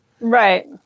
right